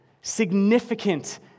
Significant